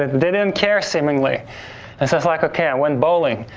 they didn't care seemingly, and so, i was like okay, i went bowling,